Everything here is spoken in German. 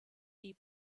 die